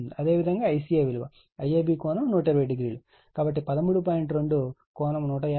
అదేవిధంగా ICA విలువ IAB ∠120o లభిస్తుంది కాబట్టి 13